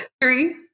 three